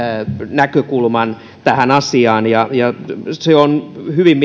näkökulman tähän asiaan on hyvin